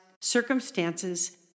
circumstances